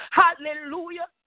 hallelujah